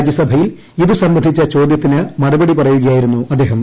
രാജ്യസഭയിൽ ഇതു സംബന്ധിച്ച ചോദ്യത്തിനു മറുപടി പറയുകയായിരുന്നു അദ്ദേഹം